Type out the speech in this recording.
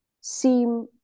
seem